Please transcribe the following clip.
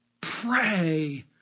Pray